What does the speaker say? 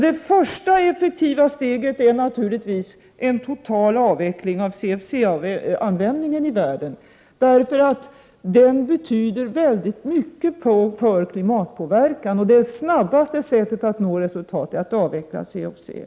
Det första effektiva steget är naturligtvis en total avveckling av CFC-användningen i världen eftersom denna har stor betydelse för klimatpåverkan. Det snabbaste sättet att nå resultat är att avveckla CFC. Fru talman!